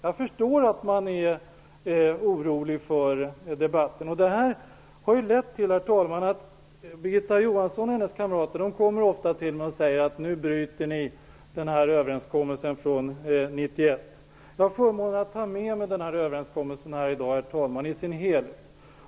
Jag förstår att man är orolig för debatten. Birgitta Johansson och hennes kamrater kommer ofta till mig och säger: Nu bryter ni mot övererenskommelsen från 1991. Jag har förmånen att ha med mig överenskommelsen i dess helhet här i dag.